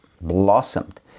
blossomed